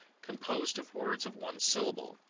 composed of words of one syllable,